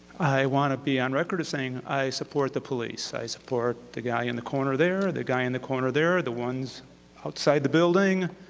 i want to be on record as saying i support the police, i support the guy in the corner there, the guy in the corner there, the ones outside the building,